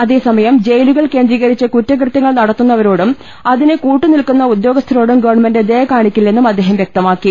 അതേസമയം ജയിലുകൾ കേന്ദ്രീകരിച്ചു കുറ്റകൃത്യങ്ങൾ നടത്തുന്നവരോടും അതിനു കൂട്ടുനിൽക്കുന്ന ഉദ്യോഗസ്ഥരോടും ഗവർണമെന്റ് ദയ കാണിക്കില്ലെന്നും അദ്ദേഹം വ്യക്തമാക്കി